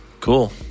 Cool